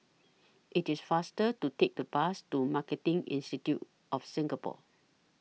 IT IS faster to Take The Bus to Marketing Institute of Singapore